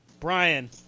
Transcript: Brian